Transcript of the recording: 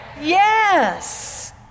Yes